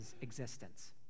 existence